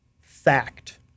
fact